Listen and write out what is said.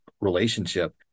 relationship